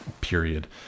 period